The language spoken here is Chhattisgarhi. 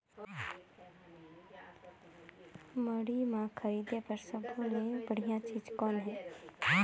मंडी म खरीदे बर सब्बो ले बढ़िया चीज़ कौन हे?